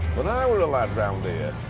when i were a lad round ere,